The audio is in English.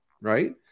right